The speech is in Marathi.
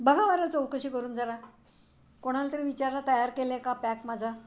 बघा बरं चौकशी करून जरा कोणाला तरी विचारा तयार केलं आहे का पॅक माझा